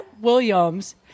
Williams